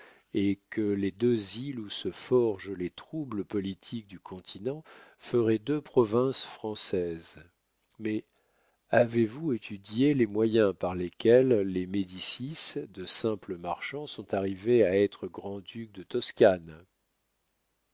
et que les deux îles où se forgent les troubles politiques du continent seraient deux provinces françaises mais avez-vous étudié les moyens par lesquels les médicis de simples marchands sont arrivés à être grands ducs de toscane